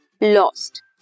lost